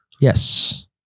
Yes